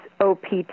OPT